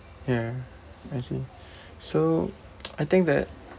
ya I see so I think that